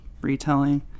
retelling